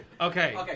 Okay